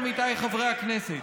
עמיתיי חברי הכנסת,